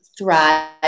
thrive